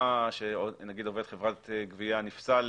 נגיד עובד חברת גבייה נפסל,